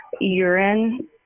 urine